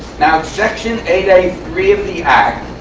now section eight a three of the act,